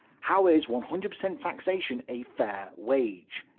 how is one hundred percent taxation a fair wage?